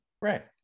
Right